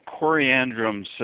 Coriandrum